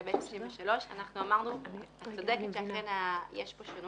לגבי סעיף 33. את צודקת שאכן יש כאן שונות.